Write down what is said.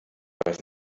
weiß